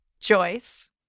Joyce